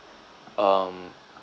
um